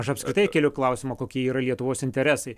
aš apskritai keliu klausimą kokie yra lietuvos interesai